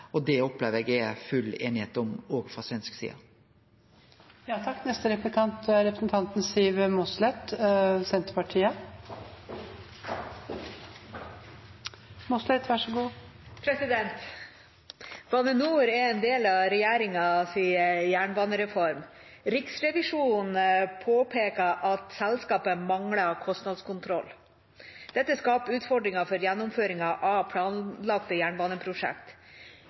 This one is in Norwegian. Det opplever eg at det er full einigheit om, òg frå svensk side. Bane NOR er en del av regjeringas jernbanereform. Riksrevisjonen påpeker at selskapet mangler kostnadskontroll. Dette skaper utfordringer for gjennomføringen av planlagte